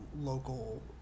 local